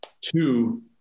two